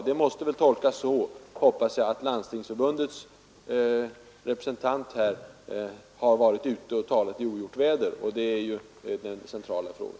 Det måste väl tolkas så, hoppas jag, att Landstingsförbundets representant i detta fall har varit ute och talat i ogjort väder, och det är ju en central fråga.